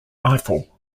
eiffel